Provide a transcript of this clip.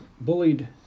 bullied